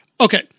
Okay